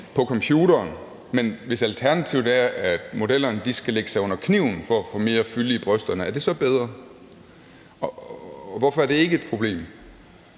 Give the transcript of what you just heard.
på computeren, men hvis alternativet er, at modellerne skal lægge sig under kniven for at få mere fylde i brysterne, er det så bedre? Og hvorfor er det ikke et problem?